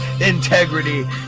integrity